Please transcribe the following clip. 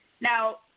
Now